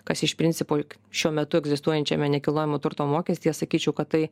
kas iš principo juk šiuo metu egzistuojančiame nekilnojamo turto mokestyje sakyčiau kad tai